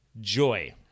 Joy